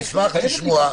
אני אשמח לשמוע.